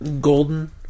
Golden